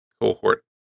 cohort